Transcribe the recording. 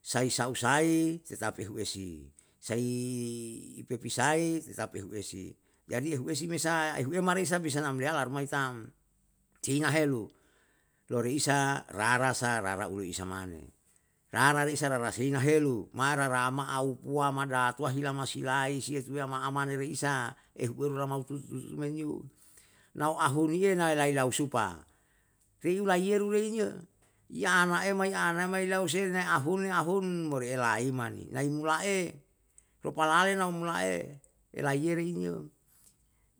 Sai sau sai tetap ehu esi, sai ipepisai tetap uhuesi, jadi ehuesi mesa ehu ema re sa bisa nam lea la rumai tam. teina helu loloisa rara sa rara uleisa mane, raraisa raraseina helu, marara ma aupu madatua hila si lai si sei tue ama amane reisa, ehueru rama hutu hutu hutu men yo, nau ahuriye nai lai lau supa, piu laiyeru rei yo, yanaei mai anaei mai lau sei na ahune ahun, moreya lai mane, nai mula'e, lopalale nai mula'e elaiyeri in yo.